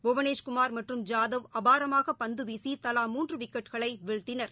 புவனேஸ்குமார் மற்றும் ஜாதவ் அபாரகமாக பந்து வீசி தவா மூன்ற விக்கெட்களை வீழ்த்தினர்